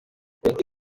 urundi